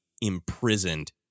imprisoned